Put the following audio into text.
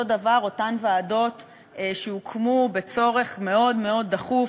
אותו דבר, אותן ועדות שהוקמו בצורך מאוד מאוד דחוף